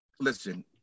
listen